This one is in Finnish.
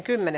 asia